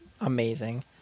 amazing